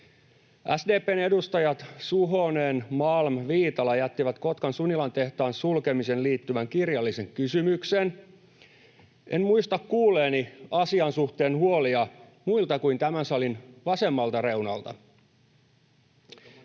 SDP:n edustajat Suhonen, Malm ja Viitala jättivät Kotkan Sunilan tehtaan sulkemiseen liittyvän kirjallisen kysymyksen. En muista kuulleeni asian suhteen huolia muilta kuin tämän salin vasemmalta reunalta. [Juho